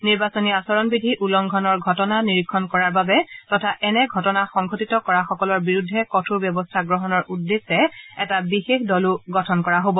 নিৰ্বাচনী আচৰণ বিধি উলংঘনৰ ঘটনা নিৰীক্ষণ কৰাৰ বাবে তথা এনে ঘটনা সংঘটিত কৰা সকলৰ বিৰুদ্ধে কঠোৰ ব্যৱস্থা গ্ৰহণৰ উদ্দেশ্যে এটা বিশেষ দলও গঠন কৰা হব